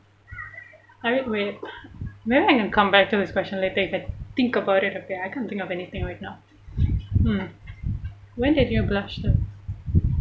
like wait maybe I can come back to this question later if I think about it okay I can't think of anything right now mm when did you blush though